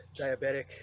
diabetic